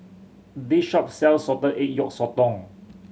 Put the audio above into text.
this shop sells salted egg yolk sotong